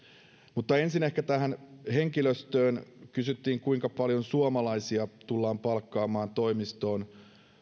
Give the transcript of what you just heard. mutta ensin ehkä tähän henkilöstöön kysyttiin kuinka paljon suomalaisia tullaan palkkaamaan toimistoon